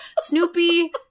Snoopy